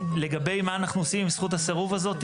לגבי מה אנחנו עושים עם זכות הסירוב הזאת,